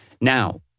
Now